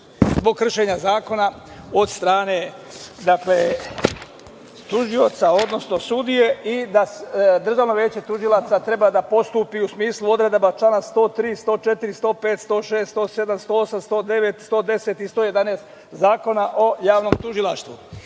zbog kršenja zakona od strane tužioca, odnosno sudije i da Državno veće tužilaca treba da postupi u smislu odredaba člana 103, 104, 105, 106, 107, 108, 109, 110. i 111. Zakona o javnom tužilaštvu. Protiv